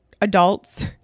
adults